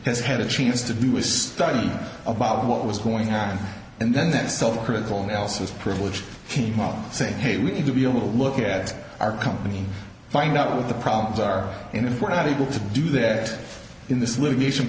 has had a chance to do is study about what was going on and then then so critical analysis privileged came out saying hey we need to be able to look at our company find out what the problems are and if we're not able to do that in this litigation